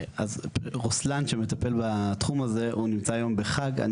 אז, רוסלאן שמטפל בתחום הזה, הוא נמצא היום בחג.